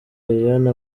liliane